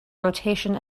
rotation